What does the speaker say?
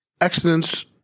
accidents